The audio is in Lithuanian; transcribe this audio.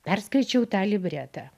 perskaičiau tą libretą